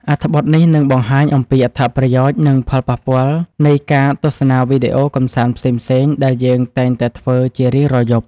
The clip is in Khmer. អត្ថបទនេះនឹងបង្ហាញអំពីអត្ថប្រយោជន៍និងផលប៉ះពាល់នៃការទស្សនាវីដេអូកម្សាន្តផ្សេងៗដែលយើងតែងតែធ្វើជារៀងរាល់យប់។